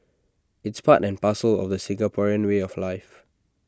it's part and parcel of the Singaporean way of life